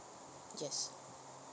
yes